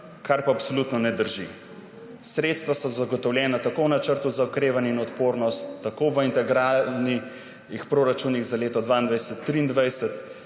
kar pa absolutno ne drži. Sredstva so zagotovljena tako v načrtu za okrevanje in odpornost, tako v integralnih proračunih za leti 2022,2023.